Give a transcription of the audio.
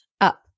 up